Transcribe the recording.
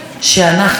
בשנה שעברה,